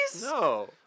No